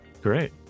Great